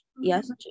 yes